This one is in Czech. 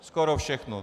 Skoro všechno.